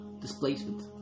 displacement